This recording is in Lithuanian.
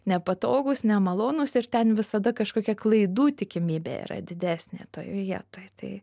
nepatogūs nemalonūs ir ten visada kažkokia klaidų tikimybė yra didesnė toj vietoj tai